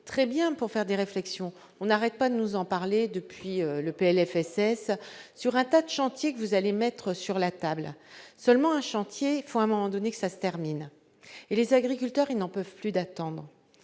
très bien pour faire des réflexions, on n'arrête pas de nous en parler depuis le PLFSS sur un tas d'chantier que vous allez mettre sur la table, seulement un chantier, il faut à un moment donné que ça se termine et les agriculteurs, ils n'en peuvent plus d'attendre